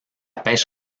pêche